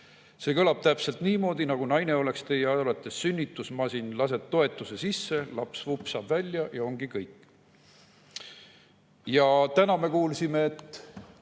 See kõlab täpselt niimoodi, nagu naine oleks teie arvates mingi sünnitusmasin, lased aga toetuse sisse, laps vupsab välja ja ongi kõik. " Ja täna me kuulsime